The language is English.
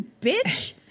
bitch